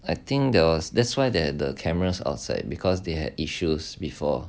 I think that was that's why that the cameras outside because they had issues before